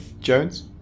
Jones